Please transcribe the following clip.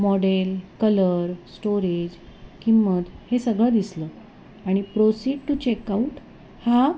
model colour storage किंमत हे सगळं दिसलं आणि प्रोसीड टू चेकआउट हा